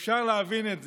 אפשר להבין את זה.